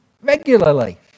regularly